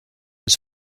was